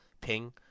ping